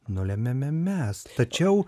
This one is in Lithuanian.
nulemiame mes tačiau